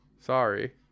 Sorry